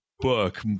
book